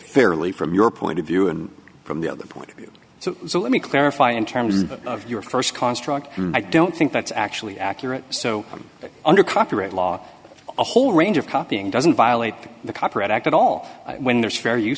fairly from your point of view and from the other point of view so let me clarify in terms of your st construct i don't think that's actually accurate so i'm under copyright law a whole range of copying doesn't violate the copyright act at all when there's fair